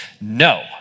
No